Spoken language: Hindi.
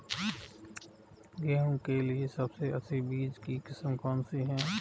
गेहूँ के लिए सबसे अच्छी बीज की किस्म कौनसी है?